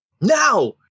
Now